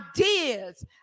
ideas